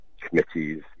committees